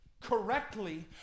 correctly